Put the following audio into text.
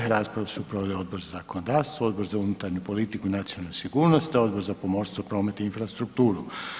Raspravu su proveli Odbor za zakonodavstvo, Odbor za unutarnju politiku i nacionalnu sigurnost te Odbor za pomorstvo, promet i infrastrukturu.